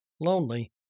lonely